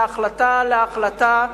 מהחלטה להחלטה,